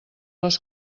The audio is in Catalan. les